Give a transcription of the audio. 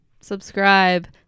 subscribe